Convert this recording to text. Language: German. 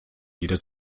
jeder